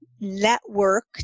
network